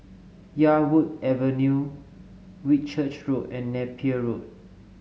Yarwood Avenue Whitchurch Road and Napier Road